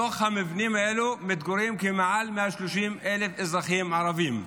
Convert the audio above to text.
בתוך המבנים האלה מתגוררים מעל 130,000 אזרחים ערבים.